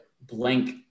blank